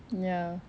ya